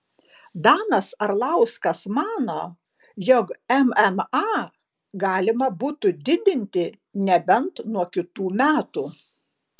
danas arlauskas mano jog mma galima būtų didinti nebent nuo kitų metų